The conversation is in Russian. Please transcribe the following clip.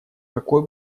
какой